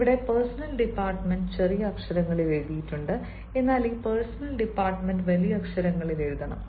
ഇവിടെ personal department ചെറിയ അക്ഷരങ്ങളിൽ എഴുതിയിട്ടുണ്ട് എന്നാൽ ഈ പേഴ്സണൽ ഡിപ്പാർട്ട്മെന്റ് വലിയ അക്ഷരങ്ങളിൽ എഴുതണം